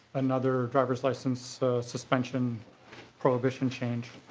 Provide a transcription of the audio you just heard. another drivers license suspension probation change.